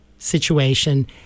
situation